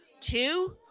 two